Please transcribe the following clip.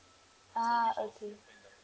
ah okay